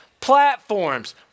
platforms